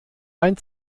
ein